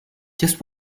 just